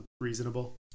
reasonable